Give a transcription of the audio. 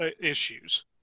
issues